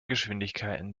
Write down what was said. geschwindigkeiten